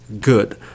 good